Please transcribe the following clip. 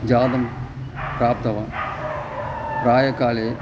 जातः प्राप्तवान् प्रातःकाले